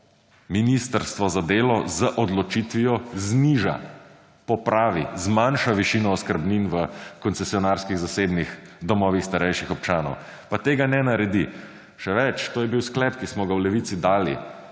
Ministrstvo za delo z odločitvijo zniža, popravi, zmanjša višino oskrbnin v koncesionarskih zasebnih domovih starejših občanov. Pa tega ne naredi. Še več, to je bil sklep, ki smo ga v Levici dali